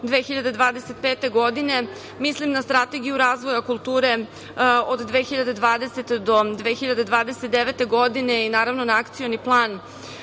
2025. godine, mislim na Strategiju razvoja kulture od 2020. do 2029. godine i, naravno, na Akcioni plan